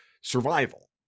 survival